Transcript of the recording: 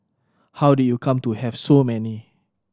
how do you come to have so many